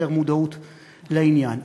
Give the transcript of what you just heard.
יותר מודעות לעניין.